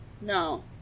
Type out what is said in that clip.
No